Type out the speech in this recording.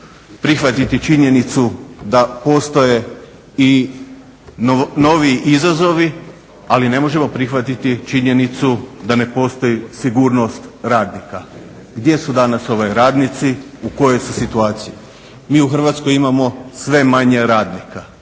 prihvatiti činjenicu da postoje i novi izazovi, ali ne možemo prihvatiti činjenicu da ne postoji sigurnost radnika. Gdje su danas radnici? U kojoj su situaciji? Mi u Hrvatskoj imamo sve manje radnika.